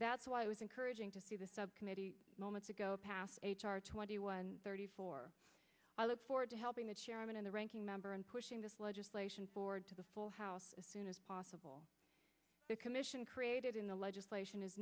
that's why i was encouraging to see the subcommittee moments ago passed h r twenty one thirty four i look forward to helping the chairman and the ranking member in pushing this legislation forward to the full house as soon as possible the commission created in the legislation is